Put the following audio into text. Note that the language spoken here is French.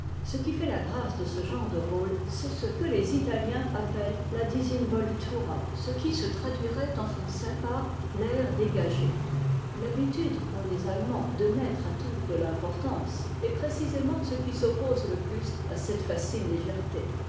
ce qui fait la grâce de ce genre de rôle e'est ce que les italiens appellent la emh omro et ce qui se traduirait en français par l'air dégagé l'habitude qu'ont les attemands de mettre à tout de l'importance est précisément ce qui s'oppose le plus à cette facile légèreté